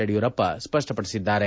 Yediyurappa ಸ್ಪಪ್ಪಪಡಿಸಿದ್ದಾರೆ